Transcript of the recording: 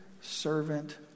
servant